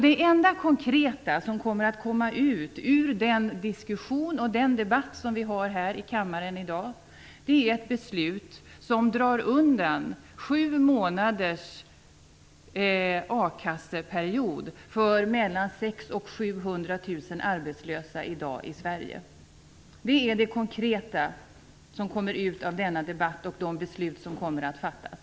Det enda konkreta som kommer att komma ut ur den diskussion och den debatt som vi har här i kammaren i dag är ett beslut som drar undan sju månaders a-kasseperiod för mellan 600 000 och 700 000 arbetslösa i Sverige i dag. Det är det konkreta som kommer ut av denna debatt och de beslut som kommer att fattas.